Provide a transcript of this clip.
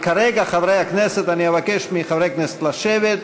כרגע, חברי הכנסת, אני אבקש מחברי הכנסת לשבת.